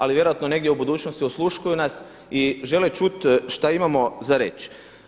Ali vjerojatno negdje u budućnosti osluškuju nas i žele čuti šta imamo za reći.